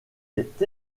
est